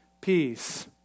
peace